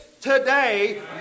today